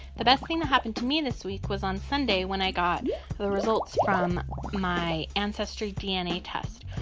the best thing that happened to me this week was on sunday, when i got the results from my ancestry dna test.